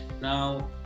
Now